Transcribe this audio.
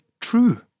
true